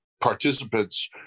participants